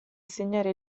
assegnare